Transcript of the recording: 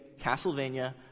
Castlevania